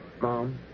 Mom